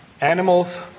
animals